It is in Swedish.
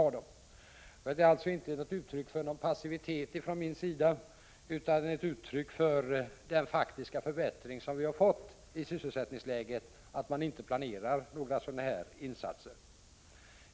Att några sådana här insatser inte planeras är inte ett uttryck för passivitet från min sida utan det beror på den faktiska förbättring i sysselsättningsläget som har inträffat.